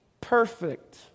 perfect